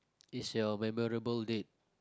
it's your memorable date